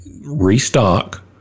restock